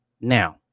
Now